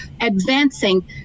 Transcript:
advancing